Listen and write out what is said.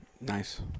Nice